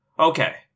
Okay